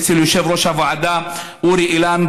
אצל יושב-ראש הוועדה אורי אילן,